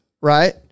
right